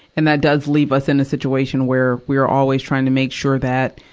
and that does leave us in a situation where we are always trying to make sure that,